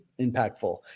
impactful